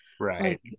Right